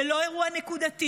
זה לא אירוע נקודתי,